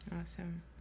Awesome